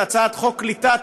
זו הצעת חוק קליטת